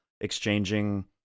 exchanging